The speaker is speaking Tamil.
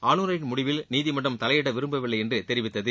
ஆளுநரின் முடிவில் நீதிமன்றம் தலையிட விரும்பவில்லை என்று தெரிவித்தது